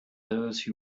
those